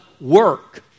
work